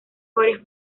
varios